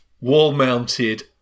wall-mounted